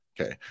Okay